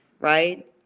right